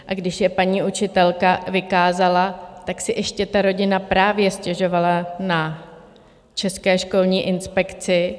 A když je paní učitelka vykázala, tak si ještě ta rodina právě stěžovala na České školní inspekci.